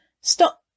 stop